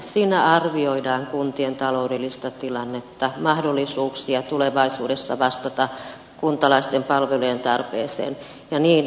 siinä arvioidaan kuntien taloudellista tilannetta mahdollisuuksia tulevaisuudessa vastata kuntalaisten palvelujen tarpeeseen ja niin edelleen